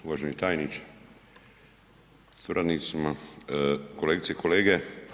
Uvaženi tajniče sa suradnicima, kolegice i kolege.